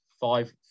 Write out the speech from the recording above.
five